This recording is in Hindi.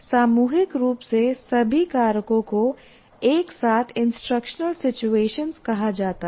सामूहिक रूप से सभी कारकों को एक साथ इंस्ट्रक्शनल सिचुएशनस कहा जाता है